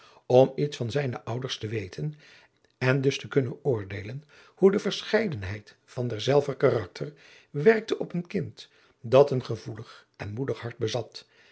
om iets van zijne ouders te weten en dus te kunnen oordeelen hoe de verscheidenheid van derzelver karakter werkte op een kind dat een gevoelig en moedig hart bezat